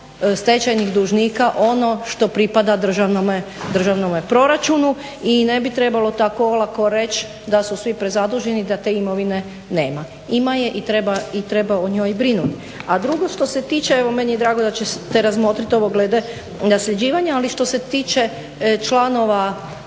stečajnih dužnika ono što pripada državnom proračunu. I ne bi trebalo tako olako reći da su svi prezaduženi, da te imovine nema. Ima je i treba o njoj brinut. A drugo što se tiče, evo meni je drago da ćete razmotrit ovo glede nasljeđivanja, ali što se tiče članova